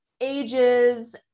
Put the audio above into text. ages